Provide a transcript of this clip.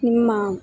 ನಿಮ್ಮ